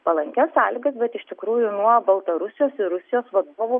palankias sąlygas bet iš tikrųjų nuo baltarusijos ir rusijos vadovų